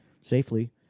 safely